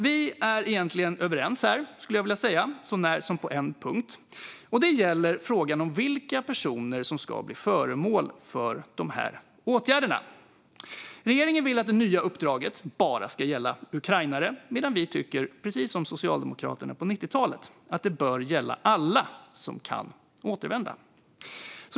Vi är egentligen överens här, skulle jag vilja säga, så när som på en punkt. Det gäller frågan om vilka personer som ska bli föremål för de här åtgärderna. Regeringen vill att det nya uppdraget bara ska gälla ukrainare, medan vi, precis som Socialdemokraterna på 90-talet, tycker att det bör gälla alla som kan återvända.